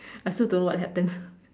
I also don't know what happened